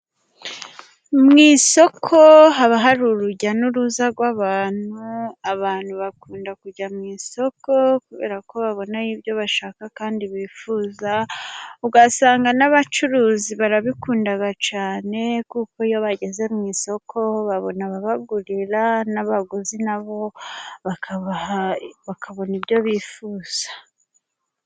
Mu isoko haba hari urujya n'uruza rw'abantu. Abantu bakunda kujya mu isoko kubera ko babona ibyo bashaka kandi bifuza ugasanga n'abacuruzi barabikunda cyangwa kuko iyo bageze mu isoko babona bagurira n'abaguzi na bo bakabona ibyo bifuza.